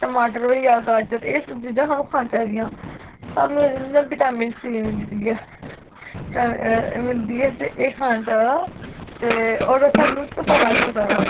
टमाटर होई गेआ गाजर एह् सब चीजां सानू खानी चाहिदियां सानू विटामीन सी मिलदी ऐ मिलदी ऐ ते एह् खाना चाहिदा ते होर सानू धुप्पा बैठना चाहिदा